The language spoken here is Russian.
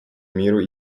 миру